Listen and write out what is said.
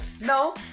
No